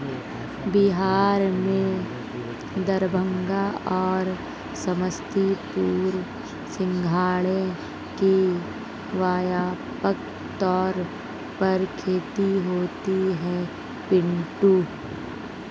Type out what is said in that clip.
बिहार में दरभंगा और समस्तीपुर में सिंघाड़े की व्यापक तौर पर खेती होती है पिंटू